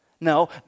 No